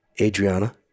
Adriana